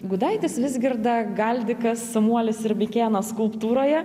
gudaitis vizgirda galdikas samuolis ir mikėnas skulptūroje